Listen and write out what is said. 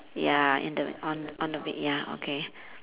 ya in the on on the bed ya okay